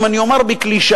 אם אני אומר בקלישאה,